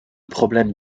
problèmes